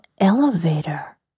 elevator